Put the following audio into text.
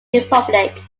republic